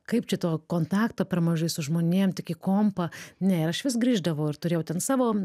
kaip čia to kontakto per mažai su žmonėm tik į kompą ne ir aš vis grįždavau ir turėjau ten savo